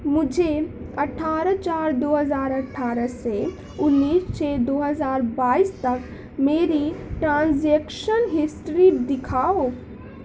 مجھے اٹھارہ چار دو ہزار اٹھارہ سے انیس چھ دو ہزار بائیس تک میری ٹرانزیکشن ہسٹری دکھاؤ